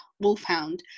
wolfhound